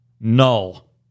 null